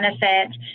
benefit